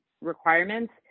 requirements